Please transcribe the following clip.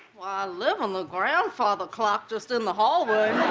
live on look around ah the clock just in the hallway.